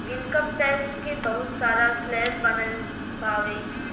income tax के बहुत सारा स्लैब बनल बावे